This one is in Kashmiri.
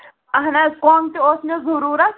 اَہن حظ کۄنٛگ تہِ اوس مےٚ ضٔروٗرت